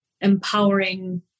empowering